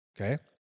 Okay